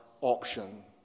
option